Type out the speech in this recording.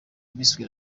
impiswi